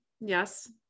yes